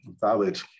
valid